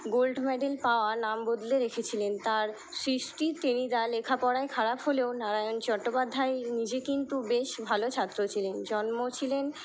gold medal পাওয়া নাম বদলে রেখেছিলেন তার সৃষ্টি টেনিদা লেখাপড়ায় খারাপ হলেও নারায়ণ চট্টোপাধ্যায় নিজে কিন্তু বেশ ভালো ছাত্র ছিলেন জন্ম ছিলেন